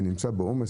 ונמצא בעומס,